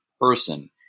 person